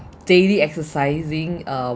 daily exercising uh